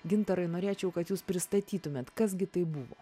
gintarai norėčiau kad jūs pristatytumėt kas gi tai buvo